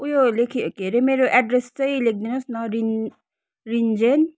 उयो लेखे के हरे मेरो एड्रेस चाहिँ लेखिदिनुहोस् न रिन् रिन्जेन चानबारी